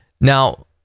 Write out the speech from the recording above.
Now